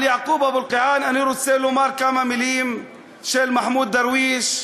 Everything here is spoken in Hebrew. על יעקוב אבו אלקיעאן אני רוצה לומר כמה מילים של מחמוד דרוויש,